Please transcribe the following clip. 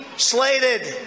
Slated